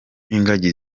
ingagi